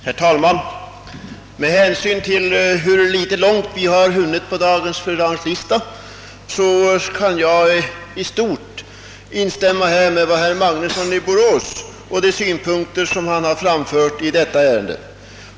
Herr talman! Med hänsyn till att vi inte hunnit så värst långt på dagens fö redragningslista skall jag i stort sett nöja mig med att instämma i de synpunkter som herr Magnusson i Borås framfört i detta ärende.